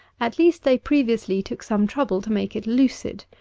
at least they previously took some trouble to make it lucid.